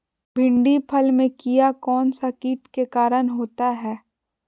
भिंडी फल में किया कौन सा किट के कारण होता है?